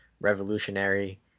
revolutionary